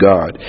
God